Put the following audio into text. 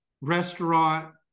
restaurant